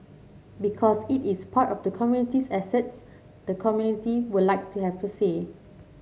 because it is part of the community's assets the community would like to have to say